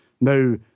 Now